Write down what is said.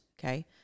okay